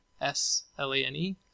s-l-a-n-e